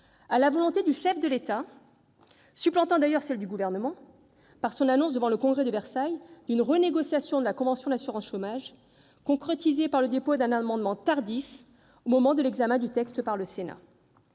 à la volonté du chef de l'État, supplantant d'ailleurs celle du Gouvernement, par son annonce devant le Congrès de Versailles d'une renégociation de la convention d'assurance chômage, concrétisée par le dépôt d'un amendement tardif au moment de l'examen du texte par le Sénat.